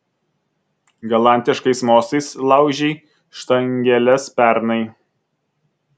galantiškais mostais laužei štangeles pernai